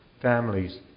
families